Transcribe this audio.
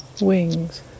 wings